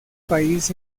país